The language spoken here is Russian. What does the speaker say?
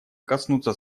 коснуться